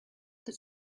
that